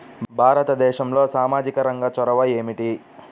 భారతదేశంలో సామాజిక రంగ చొరవ ఏమిటి?